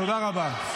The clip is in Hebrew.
תודה רבה.